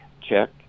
check